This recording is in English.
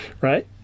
right